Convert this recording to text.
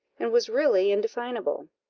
and was really indefinable.